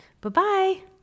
Bye-bye